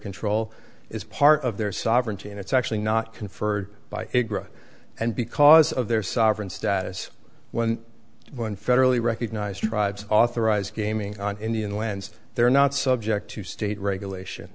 control is part of their sovereignty and it's actually not conferred by and because of their sovereign status when one federally recognized tribes authorize gaming on indian lands they're not subject to state regulation